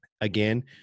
again